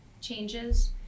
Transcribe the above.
changes